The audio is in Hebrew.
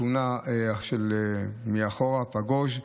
בתאונה מאחור של פגוש.